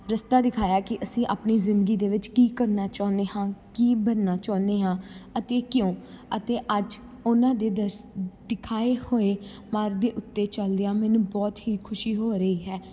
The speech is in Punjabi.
ਰਸਤਾ ਦਿਖਾਇਆ ਕਿ ਅਸੀਂ ਆਪਣੀ ਜ਼ਿੰਦਗੀ ਦੇ ਵਿੱਚ ਕੀ ਕਰਨਾ ਚਾਹੁੰਦੇ ਹਾਂ ਕੀ ਬਣਨਾ ਚਾਹੁੰਦੇ ਹਾਂ ਅਤੇ ਕਿਉਂ ਅਤੇ ਅੱਜ ਉਹਨਾਂ ਦੇ ਦਰਸ਼ ਦਿਖਾਏ ਹੋਏ ਮਾਰਗ ਦੇ ਉੱਤੇ ਚੱਲਦਿਆਂ ਮੈਨੂੰ ਬਹੁਤ ਹੀ ਖੁਸ਼ੀ ਹੋ ਰਹੀ ਹੈ